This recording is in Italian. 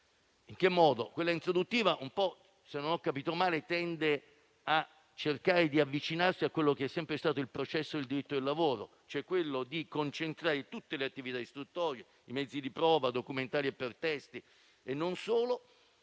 la fase introduttiva, se non ho capito male, si tende a cercare di avvicinarsi a quello che è sempre stato il processo del diritto del lavoro, che concentra tutte le attività istruttorie (i mezzi di prova, documentali e per testi, e non solo)